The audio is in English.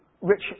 rich